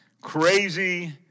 crazy